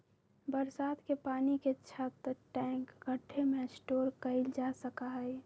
बरसात के पानी के छत, टैंक, गढ्ढे में स्टोर कइल जा सका हई